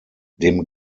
dem